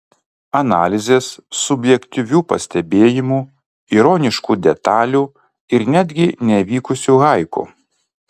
analizės subjektyvių pastebėjimų ironiškų detalių ir netgi nevykusių haiku